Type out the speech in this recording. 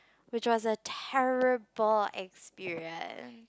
which was a terrible experience